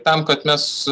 tam kad mes